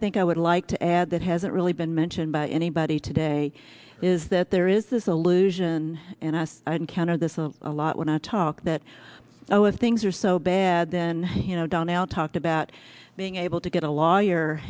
think i would like to add that hasn't really been mentioned by anybody today is that there is this allusion and i encounter this with a lot when i talk that oh if things are so bad then you know donald talked about being able to get a lawyer